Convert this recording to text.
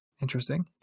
interesting